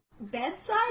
Bedside